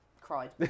cried